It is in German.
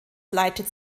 leitet